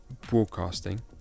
broadcasting